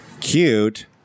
cute